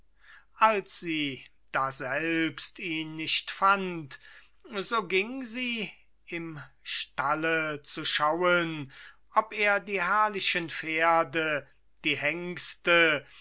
als sie daselbst ihn nicht fand so ging sie im stalle zu schauen ob er die herrlichen pferde die hengste